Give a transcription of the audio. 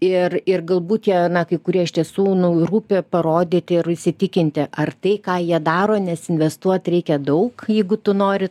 ir ir galbūt jie na kai kurie iš tiesų rūpi parodyti ir įsitikinti ar tai ką jie daro nes investuot reikia daug jeigu tu nori